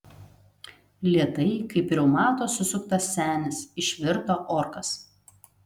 lėtai kaip reumato susuktas senis išvirto orkas